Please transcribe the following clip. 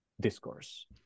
discourse